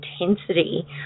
intensity